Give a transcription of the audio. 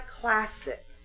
Classic